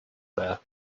there